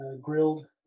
Grilled